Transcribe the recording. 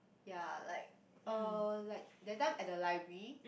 ya like uh like that time at the library